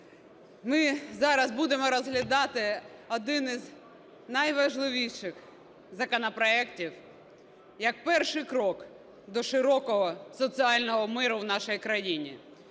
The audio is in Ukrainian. ми зараз будемо розглядати один із найважливіших законопроектів як перший крок до широкого соціального миру в нашій країні.